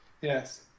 Yes